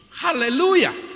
Hallelujah